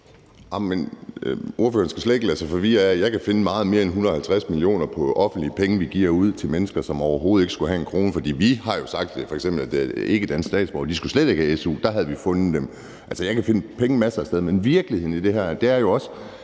Jeg kan finde meget mere end 150 mio. kr. i offentlige penge, vi giver ud til mennesker, som overhovedet ikke skulle have en krone. For vi har jo sagt, at f.eks. ikkedanske statsborgere slet ikke skal have su, så der havde vi fundet dem. Altså, jeg kan finde penge masser af steder. Men virkeligheden i det her er jo også,